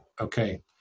okay